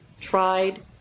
tried